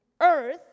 Earth